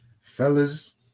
Fellas